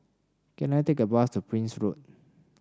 can I take a bus to Prince Road